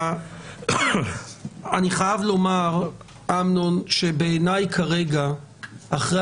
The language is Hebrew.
אני חייב לומר שבעיניי כרגע אחרי